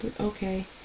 Okay